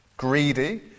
greedy